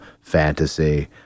fantasy